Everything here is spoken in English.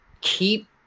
keep